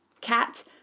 cat